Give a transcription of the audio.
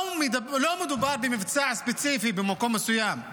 לא מדובר במבצע ספציפי במקום מסוים.